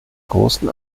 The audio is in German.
großen